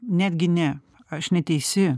netgi ne aš neteisi